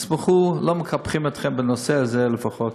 תשמחו, לא מקפחים אתכם, בנושא הזה לפחות.